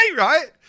Right